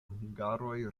hungaroj